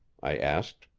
i asked.